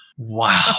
Wow